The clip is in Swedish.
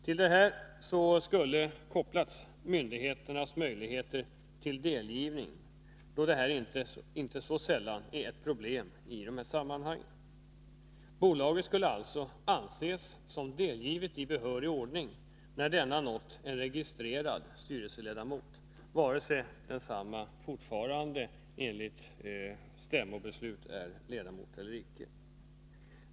Till detta skulle kopplas myndighetens möjligheter till delgivning, då ju själva underrättandet inte så sällan är ett problem i dessa sammanhang. Bolaget skulle alltså anses såsom delgivet i behörig ordning, när delgivningen nått en registrerad styrelseledamot, vare sig denne är styrelseledamot enligt stämmobeslut eller inte.